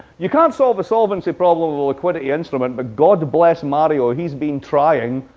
you can't solve a solvency problem liquidity instrument. but god bless mario, he's been trying.